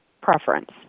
preference